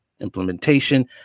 implementation